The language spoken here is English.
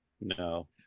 No